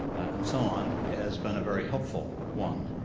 and so on, has been a very helpful one.